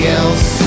else